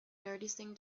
noticing